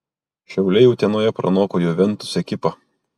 šiauliai utenoje pranoko juventus ekipą